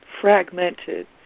fragmented